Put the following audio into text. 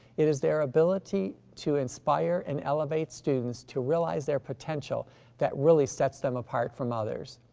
it is their ability to inspire and elevate students to realize their potential that really sets them apart from others.